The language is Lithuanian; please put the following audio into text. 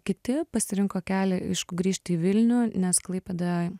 kiti pasirinko kelią aišku grįžt į vilnių nes klaipėda